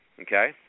okay